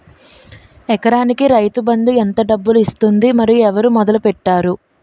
ఎకరానికి రైతు బందు ఎంత డబ్బులు ఇస్తుంది? మరియు ఎవరు మొదల పెట్టారు?